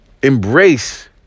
Embrace